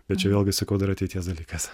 bet čia vėlgi sakau dar ateities dalykas